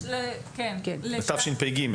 כן, לתשפ"ג.